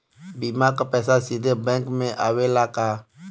बीमा क पैसा सीधे बैंक में आवेला का?